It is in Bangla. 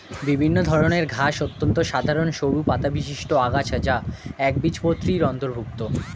বিভিন্ন ধরনের ঘাস অত্যন্ত সাধারণ সরু পাতাবিশিষ্ট আগাছা যা একবীজপত্রীর অন্তর্ভুক্ত